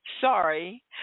Sorry